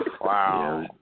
Wow